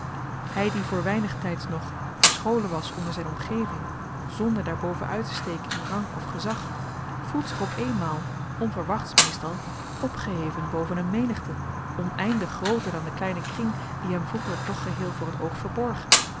hy die voor weinig tyds nog verscholen was onder zyn omgeving zonder daarboven uittesteken in rang of gezag voelt zich op eenmaal onverwachts meestal opgeheven boven een menigte oneindig grooter dan de kleine kring die hem vroeger toch geheel voor t oog verborg